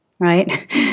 Right